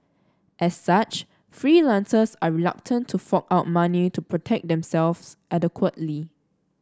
as such freelancers are reluctant to fork out money to protect themselves adequately